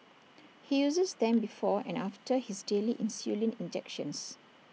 he uses them before and after his daily insulin injections